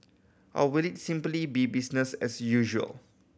or will it simply be business as usual